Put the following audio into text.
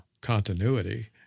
Continuity